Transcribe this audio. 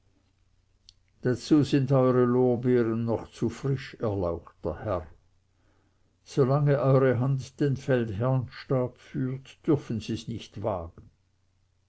dazu sind eure lorbeeren noch zu frisch erlauchter herr solange eure hand den feldherrnstab führt dürfen sie's nicht wagen